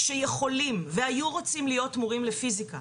שיכולים והיו רוצים להיות מורים לפיזיקה.